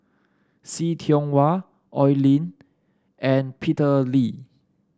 See Tiong Wah Oi Lin and Peter Lee